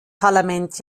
parlament